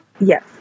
Yes